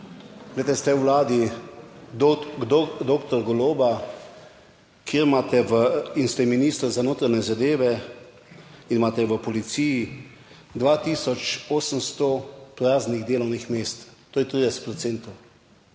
Glejte, ste v Vladi doktor Goloba, kjer imate, in ste minister za notranje zadeve in imate v policiji 2 tisoč 800 praznih delovnih mest, to je 30